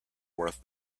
worth